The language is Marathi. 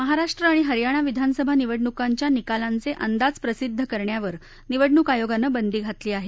महाराष्ट्र आणि हरयाणा विधानसभा निवडणुकांच्या निकालांचे अंदाज प्रसिद्ध करण्यावर निवडणुक आयोगानं बंदी घातली आहे